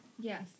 yes